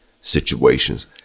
situations